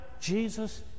Jesus